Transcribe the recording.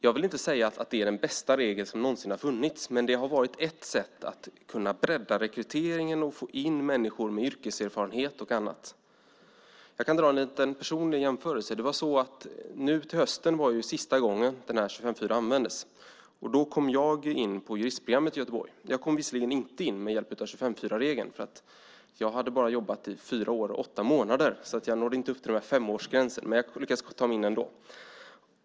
Jag vill inte säga att det är den bästa regel som någonsin har funnits, men den har varit ett sätt att bredda rekryteringen och få in människor med yrkeserfarenhet. Jag kan göra en personlig jämförelse. I höstas var det sista gången 25:4 användes. Då kom jag in på juristprogrammet i Göteborg. Jag kom visserligen inte in med hjälp av 25:4-regeln eftersom jag hade jobbat i bara fyra år och åtta månader. Jag nådde inte upp till femårsgränsen, men jag lyckades ta mig in ändå.